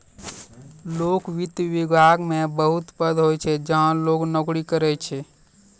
लोक वित्त विभाग मे बहुत पद होय छै जहां लोग नोकरी करै छै